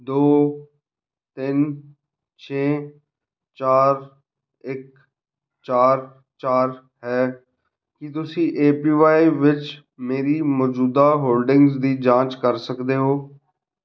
ਦੋ ਤਿੰਨ ਛੇ ਚਾਰ ਇੱਕ ਚਾਰ ਚਾਰ ਹੈ ਕੀ ਤੁਸੀਂ ਏ ਪੀ ਵਾਈ ਵਿੱਚ ਮੇਰੀ ਮੌਜੂਦਾ ਹੋਲਡਿੰਗਜ਼ ਦੀ ਜਾਂਚ ਕਰ ਸਕਦੇ ਹੋ